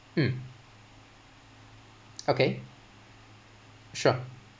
mm okay sure